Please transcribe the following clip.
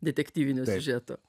detektyvinio siužeto